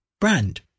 brand